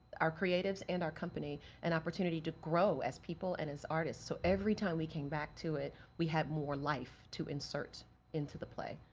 our creatives and our company an opportunity to grow as people and as artists. so, every time we back to it, we had more life to insert into the play.